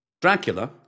Dracula